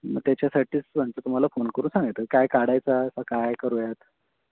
मग त्याच्यासाठीच त्यांचं तुम्हाला फोन करून सांगितलं तर काय काढायचा आहे की काय करूयात